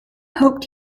hoped